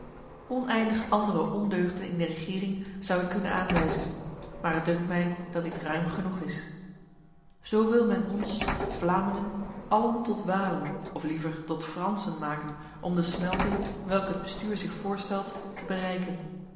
oneindig andere ondeugden in de regering zou ik kunnen aanwijzen maar het dunkt mij dat dit ruim genoeg is zo wil men ons vlamingen allen tot walen of liever tot fransen maken om de smelting welke het bestuur zich voorstelt te bereiken